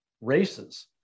races